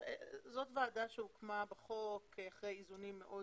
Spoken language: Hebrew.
זאת ועדה שהוקמה בחוק אחרי איזונים מאוד